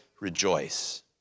rejoice